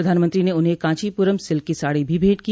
प्रधानमंत्री ने उन्हें कांचीपुरम सिल्क की साड़ी भी भेंट की